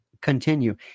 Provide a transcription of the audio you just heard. continue